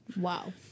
Wow